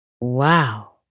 Wow